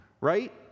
right